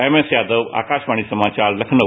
MS Yadav Akashvani समाचार लखनऊ